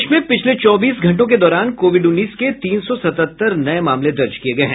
प्रदेश में पिछले चौबीस घंटों के दौरान कोविड उन्नीस के तीन सौ सतहत्तर नये मामले दर्ज किये गये हैं